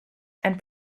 and